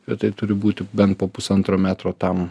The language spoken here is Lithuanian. bet tai turi būti bent po pusantro metro tam